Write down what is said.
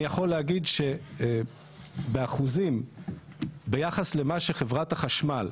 אני יכול להגיד שביחס למה שחברת החשמל,